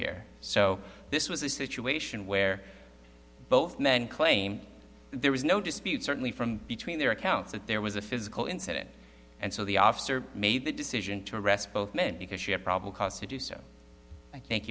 here so this was a situation where both men claimed there was no dispute certainly from between their accounts that there was a physical incident and so the officer made the decision to arrest both men because she had prob